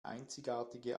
einzigartige